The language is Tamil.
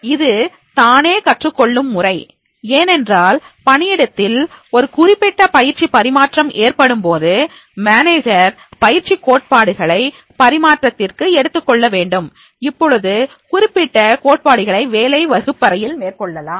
இது தானே கற்றுக்கொள்ளும் முறை ஏனென்றால் பணியிடத்தில் ஒரு குறிப்பிட்ட பயிற்சி பரிமாற்றம் ஏற்படும்போது மேனேஜர் பயிற்சி கோட்பாடுகளை பரிமாற்றத்திற்கு எடுத்துக்கொள்ள வேண்டும் இப்போது குறிப்பிட்ட கோட்பாடுகளை வேலை வகுப்பறையில் மேற்கொள்ளலாம்